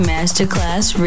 Masterclass